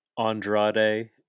Andrade